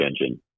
engine